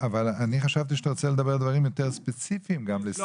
אני חשבתי שאתה רוצה לומר דברים יותר ספציפיים לסיוע.